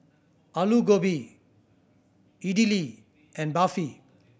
Alu Gobi Idili and Barfi